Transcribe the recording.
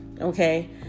okay